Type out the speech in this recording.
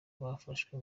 bafashwe